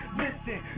listen